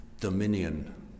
dominion